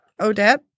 Odette